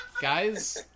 guys